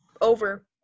Over